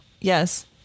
yes